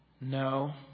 No